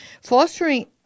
fostering